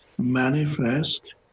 manifest